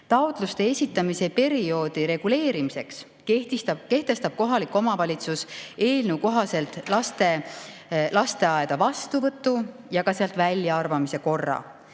Taotluste esitamise perioodi reguleerimiseks kehtestab kohalik omavalitsus eelnõu kohaselt laste lasteaeda vastuvõtu ja ka sealt väljaarvamise korra.